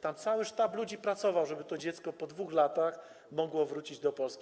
Tam cały sztab ludzi pracował, żeby to dziecko po 2 latach mogło wrócić do Polski.